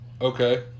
Okay